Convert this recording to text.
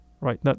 right